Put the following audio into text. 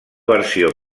versió